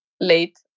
late